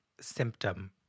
symptom